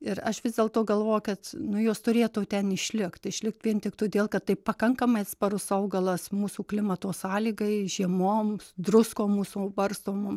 ir aš vis dėlto galvoju kad nu jos turėtų ten išlikt išlikt vien tik todėl kad tai pakankamai atsparus augalas mūsų klimato sąlygai žiemoms druskom mūsų barstomom